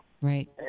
Right